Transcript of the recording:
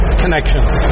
connections